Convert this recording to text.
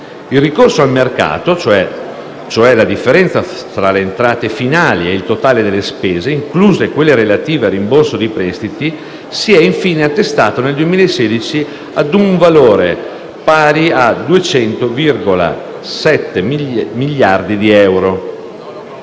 Il ricorso al mercato (differenza tra le entrate finali e il totale delle spese, incluse quelle relative al rimborso di prestiti) si è, infine, attestato nel 2016 ad un valore pari a meno 207,1 miliardi di euro.